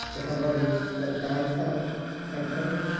to have all of these what, dime-size antennas?